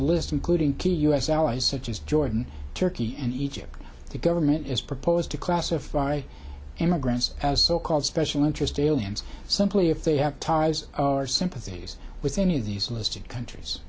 the list including key u s allies such as jordan turkey and egypt the government is proposed to classify him a as so called special interest aliens simply if they have ties our sympathies with any of these listed countries